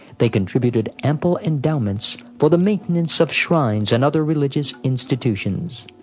they contributed ample endowments for the maintenance of shrines and other religious institutions.